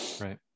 Right